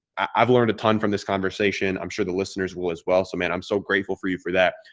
i've learned a ton from this conversation. i'm sure the listeners will as well. so man, i'm so grateful for you for that.